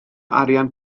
arian